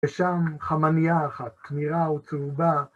ושם חמנייה אחת, ניראה וצרובה.